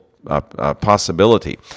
possibility